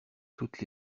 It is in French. toutes